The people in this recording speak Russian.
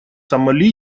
сомали